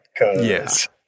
Yes